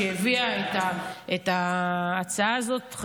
שהביאה את ההצעה הזאת.